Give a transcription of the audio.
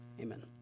Amen